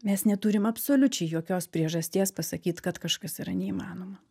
mes neturim absoliučiai jokios priežasties pasakyt kad kažkas yra neįmanoma